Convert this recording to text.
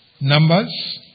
Numbers